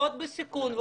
מאוד בסיכון,